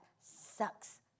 sucks